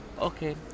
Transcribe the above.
okay